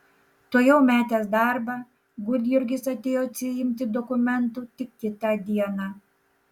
tuojau metęs darbą gudjurgis atėjo atsiimti dokumentų tik kitą dieną